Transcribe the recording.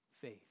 faith